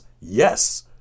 yes